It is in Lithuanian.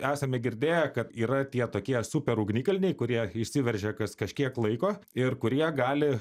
esame girdėję kad yra tie tokie super ugnikalniai kurie išsiveržia kas kažkiek laiko ir kurie gali